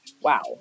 Wow